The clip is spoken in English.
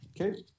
Okay